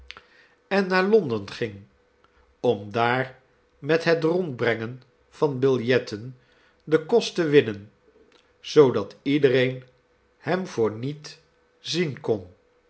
en naar londen ging om daar met het roudbreugen van biljetten den kost te winnen zoodat iedereen hem voor niet zien kon